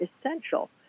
essential